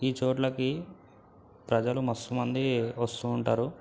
ఈ చోట్లకి ప్రజలు మస్తు మంది వస్తు ఉంటారు